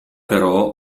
però